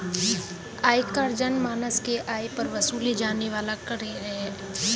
आयकर जनमानस के आय पर वसूले जाने वाला कर है